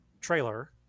trailer